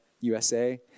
USA